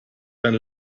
eine